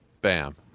bam